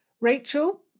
Rachel